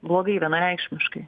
blogai vienareikšmiškai